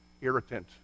irritant